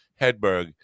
hedberg